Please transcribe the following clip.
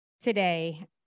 today